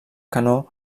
canó